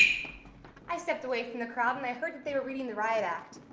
i stepped away from the crowd when i heard that they were reading the riot act.